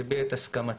שהביע את הסכמה